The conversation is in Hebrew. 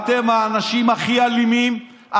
אבל אתם האנשים הכי אלימים,